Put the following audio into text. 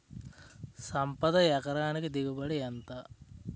సంపద ఎకరానికి దిగుబడి ఎంత?